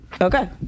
Okay